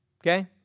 Okay